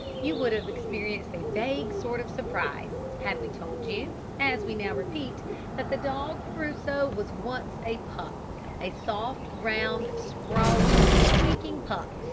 you would have experienced a vague sort of surprise had we told you as we now repeat that the dog crusoe was once a pup a soft, round, sprawling, squeaking pup,